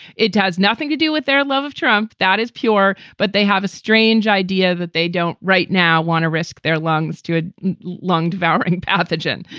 it has nothing to do with their love of trump. that is pure. but they have a strange idea that they don't right now want to risk their lungs to a lung devouring pathogen.